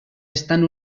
estan